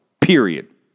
Period